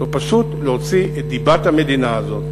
זה פשוט להוציא את דיבת המדינה הזאת,